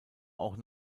auch